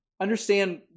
Understand